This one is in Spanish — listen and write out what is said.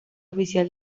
oficial